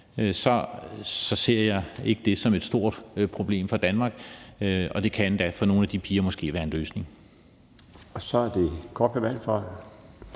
så ser jeg ikke det som et stort problem for Danmark. Det kan måske endda for nogle af de piger være en løsning.